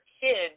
kids